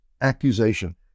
accusation